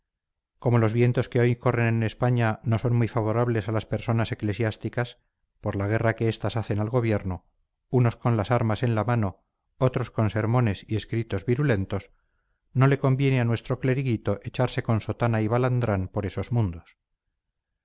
como los vientos que hoy corren en españa no son muy favorables a las personas eclesiásticas por la guerra que estas hacen al gobierno unos con las armas en la mano otros con sermones y escritos virulentos no le conviene a nuestro cleriguito echarse con sotana y balandrán por esos mundos